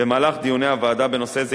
במהלך דיוני הוועדה בנושא זה,